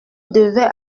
devait